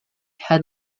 had